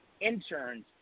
interns